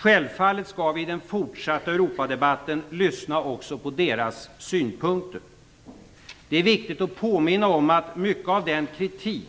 Självfallet skall vi i den fortsatta Europadebatten lyssna också på deras synpunkter. Det är viktigt att påminna om att mycket av den kritik